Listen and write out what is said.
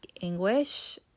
English